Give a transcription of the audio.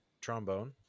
trombone